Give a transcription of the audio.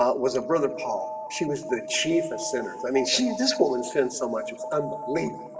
um was a brother paul she was the chief of sinners, i mean she this woman spends so much. it's unbelievable.